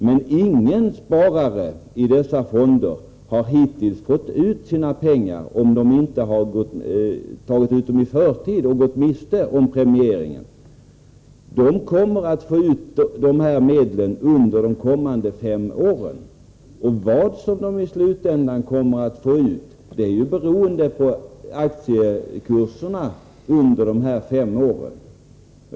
Men ingen sparare i fonderna har hittills fått ut sina pengar, dvs. om de inte har tagit ut pengarna i förtid och därigenom gått miste om premieringen. Spararna kommer att få ut medlen under de kommande fem åren. Hur mycket de verkligen kommer att få ut är beroende på aktiekurserna under dessa fem år.